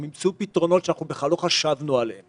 הם ימצאו פתרונות שאנחנו בכלל לא חשבנו עליהם